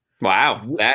Wow